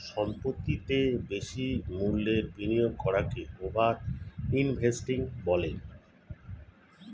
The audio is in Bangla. সম্পত্তিতে বেশি মূল্যের বিনিয়োগ করাকে ওভার ইনভেস্টিং বলে